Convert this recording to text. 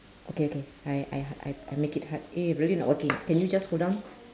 okay okay I I I I make it hard eh really not working can you just hold on